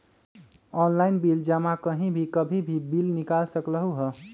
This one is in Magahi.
ऑनलाइन बिल जमा कहीं भी कभी भी बिल निकाल सकलहु ह?